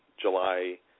July